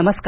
नमस्कार